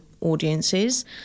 audiences